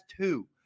two